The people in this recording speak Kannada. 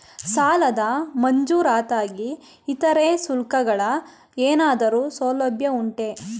ಸಾಲದ ಮಂಜೂರಾತಿಗೆ ಇತರೆ ಶುಲ್ಕಗಳ ಏನಾದರೂ ಸೌಲಭ್ಯ ಉಂಟೆ?